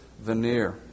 veneer